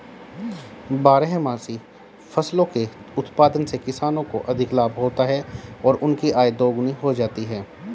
बारहमासी फसलों के उत्पादन से किसानों को अधिक लाभ होता है और उनकी आय दोगुनी हो जाती है